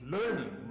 Learning